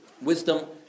wisdom